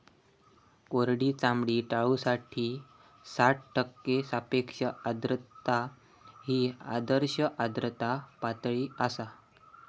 कोरडी चामडी टाळूसाठी साठ टक्के सापेक्ष आर्द्रता ही आदर्श आर्द्रता पातळी आसा